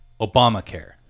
Obamacare